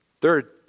Third